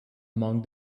among